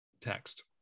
text